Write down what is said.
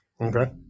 Okay